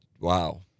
wow